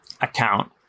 account